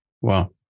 wow